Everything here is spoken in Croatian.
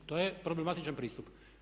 To je problematičan pristup.